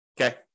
Okay